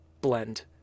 blend